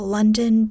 London